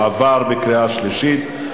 עברה בקריאה שלישית,